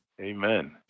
Amen